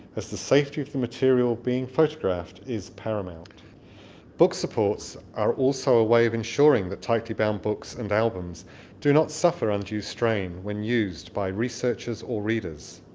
as the safety of the material being photographed is paramount book supports are also a way of ensuring that tightly bound books and albums do not suffer undue strain when used by researchers or readers